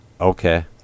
Okay